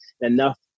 Enough